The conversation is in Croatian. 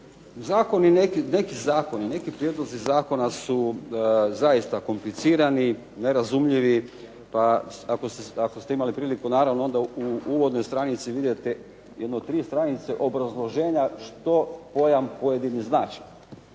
Zakoni, neki zakoni, neki prijedlozi zakona su zaista komplicirani, nerazumljivi. Pa ako ste imali priliku naravno onda u uvodnoj stranici vidjeti jedno 3 stranice obrazloženja što pojam pojedini znači.